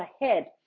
ahead